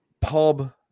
pub